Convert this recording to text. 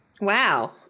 Wow